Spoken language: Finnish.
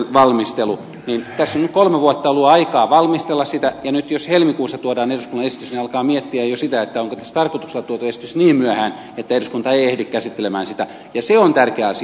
tässä on nyt kolme vuotta ollut aikaa valmistella sitä ja nyt jos helmikuussa tuodaan eduskunnan esitys niin alkaa miettiä jo sitä onko se tässä tarkoituksella tuotu esimerkiksi niin myöhään että eduskunta ei ehdi käsittelemään sitä ja se on tärkeä asia